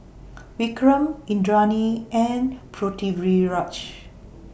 Vikram Indranee and Pritiviraj